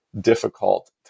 difficult